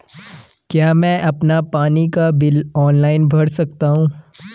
क्या मैं अपना पानी का बिल ऑनलाइन भर सकता हूँ?